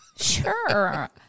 sure